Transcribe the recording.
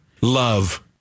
Love